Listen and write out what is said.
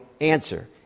answer